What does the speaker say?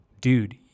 dude